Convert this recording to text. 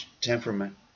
temperament